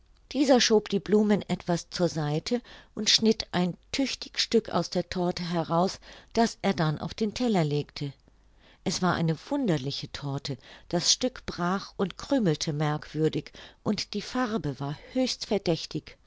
dieser schob die blumen etwas zur seite und schnitt ein tüchtig stück aus der torte heraus das er dann auf den teller legte es war eine wunderliche torte das stück brach und krümelte merkwürdig und die farbe war höchst verdächtig